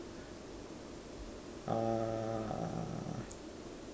uh